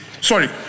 sorry